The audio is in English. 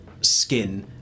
skin